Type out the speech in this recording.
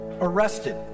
arrested